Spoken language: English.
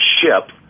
ship